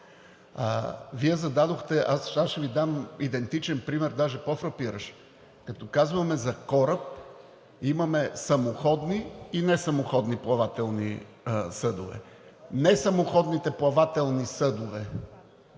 и работят хора. Аз ще Ви дам идентичен пример, даже по-фрапиращ, като казваме за кораб – имаме самоходни и несамоходни плавателни съдове. Несамоходните плавателни съдове